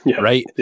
right